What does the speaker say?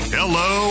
Hello